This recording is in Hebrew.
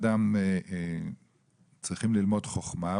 כשבני האדם צריכים ללמוד חוכמה,